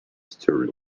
story